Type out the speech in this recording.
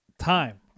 Time